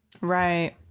Right